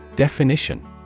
Definition